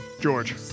George